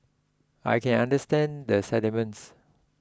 I can understand the sentiments